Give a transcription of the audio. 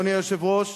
אדוני היושב-ראש,